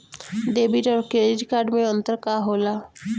Debit और credit card मे अंतर का होला?